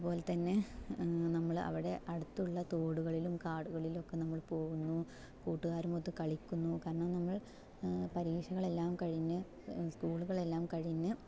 അതുപോലെതന്നെ നമ്മൾ അവിടെ അടുത്തുള്ള തോടുകളിലും കാടുകളിലും ഒക്കെ നമ്മള് പോകുന്നു കൂട്ടുകാരും ഒത്ത് കളിക്കുന്നു കാരണം നമ്മൾ പരീക്ഷകൾ എല്ലാം കഴിഞ്ഞ് സ്കൂളുകളെല്ലാം കഴിഞ്ഞ്